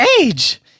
age